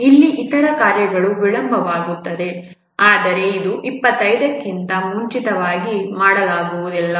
ಇಲ್ಲಿ ಇತರ ಕಾರ್ಯಗಳು ವಿಳಂಬವಾಗುತ್ತವೆ ಆದರೆ ಇದು 25 ಕ್ಕಿಂತ ಮುಂಚಿತವಾಗಿ ಮಾಡಲಾಗುವುದಿಲ್ಲ